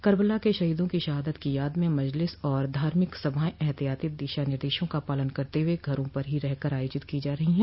Karbala के शहीदों की शहादत की याद में मजलिस और धार्मिक सभाएं एहतियाती दिशा निर्देशों का पालन करते हुए घरों पर ही रहकर आयोजित की जा रही है